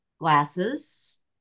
glasses